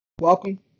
Welcome